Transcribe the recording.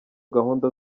gahunda